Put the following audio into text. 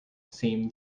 same